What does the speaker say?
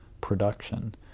production